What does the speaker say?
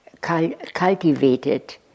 Cultivated